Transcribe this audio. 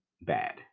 bad